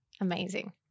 Amazing